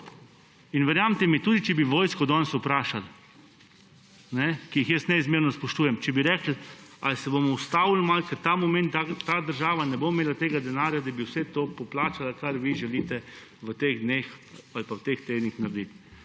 In verjemite mi, tudi če bi vojsko danes vprašali, ki jih jaz neizmerno spoštujem, če bi rekli, ali se bomo ustavili malce ta moment, ta država ne bo imela tega denarja, da bi vse to poplačala, kar vi želite v teh dneh ali pa v teh tednih narediti.